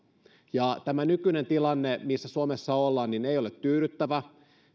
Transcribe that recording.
tämä nykyinen tilanne missä suomessa ollaan ei ole tyydyttävä